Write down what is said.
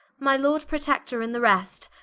my lord protector, and the rest,